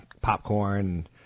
popcorn